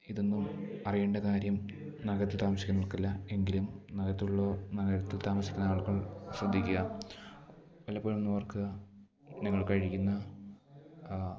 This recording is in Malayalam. ഇതൊന്നും അറിയേണ്ട കാര്യം നഗരത്തിൽ താമസിക്കുന്നവർക്കില്ല എങ്കിലും നഗരത്തിലുള്ളവർ നഗരത്തിൽ താമസിക്കുന്ന ആളുകൾ ശ്രദ്ധിക്കുക വല്ലപ്പോഴുമൊന്ന് ഓർക്കുക നിങ്ങൾ കഴിക്കുന്ന